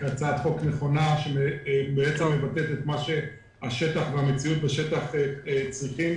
זו הצעת חוק נכונה שמבטאת את מה שהשטח והמציאות בשטח צריכים,